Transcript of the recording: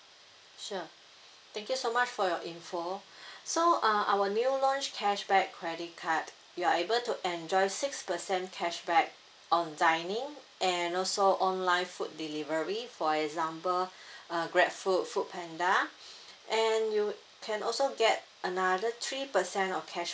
sure thank you so much for your info so uh our new launch cashback credit card you are able to enjoy six percent cashback on dining and also online food delivery for example uh grabfood foodpanda and you can also get another three percent of cashback